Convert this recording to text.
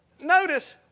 Notice